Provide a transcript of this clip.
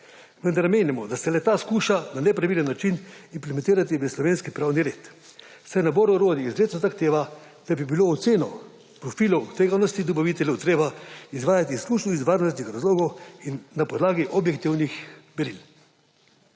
vendar menimo, da se leta skuša na nepravilen način implementirati v slovenski pravni red, saj nabor orodij izrecno zahteva, da bi bilo oceno profilov tveganosti dobaviteljev treba izvajati izključno iz varnostnih razlogov in na podlagi objektivnih meril.